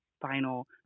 final